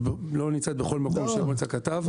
ולא נמצאת בכל מקום שם נמצא הכתב.